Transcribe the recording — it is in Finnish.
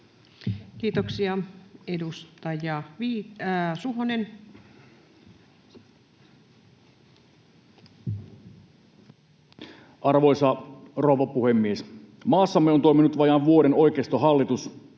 Kiitoksia. — Edustaja Suhonen. Arvoisa rouva puhemies! Maassamme on toiminut vajaan vuoden oikeistohallitus.